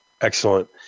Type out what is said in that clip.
Excellent